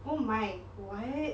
oh my what